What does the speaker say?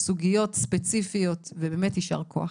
סוגיות ספציפיות ובאמת ישר כוח.